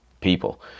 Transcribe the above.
people